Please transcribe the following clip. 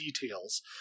details